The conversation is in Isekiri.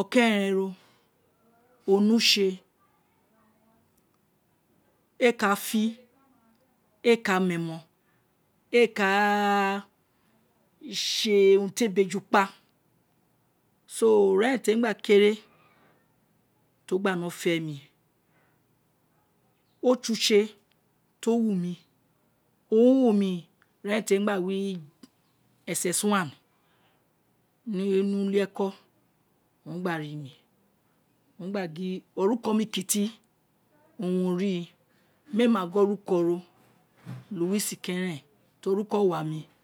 okeren ro one use eē kafi ee ka run enio eē ka se urua ti eē be eju kpa so ira eren te mi gba kere ti o gba no femi ose use to wumi dio wunni ira eren ti eni gba voi ssi ni ulieko owun ogbari mi owun ogba gin oru ko mi kuti owun o rii meē ma gin oruko ro louis kẹrẹn tori oruko ọwami